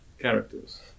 characters